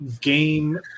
game